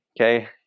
okay